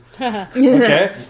Okay